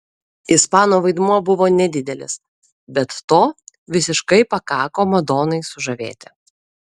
ispano vaidmuo buvo nedidelis bet to visiškai pakako madonai sužavėti